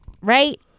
Right